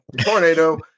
tornado